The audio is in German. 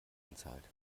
einzahlt